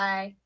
Bye